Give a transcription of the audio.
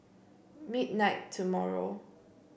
midnight tomorrow